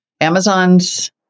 Amazons